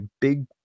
big